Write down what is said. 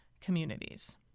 communities